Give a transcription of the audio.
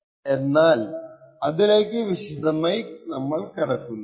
ഞാൻ അതിലേക്ക് വിശദമായി കടക്കുന്നില്ല